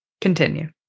Continue